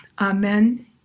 Amen